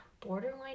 borderline